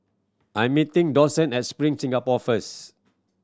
I'm meeting Dawson at Spring Singapore first